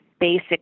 basic